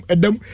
Adam